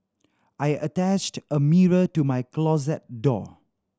I attached a mirror to my closet door